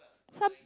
some